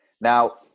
Now